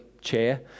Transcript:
chair